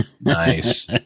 Nice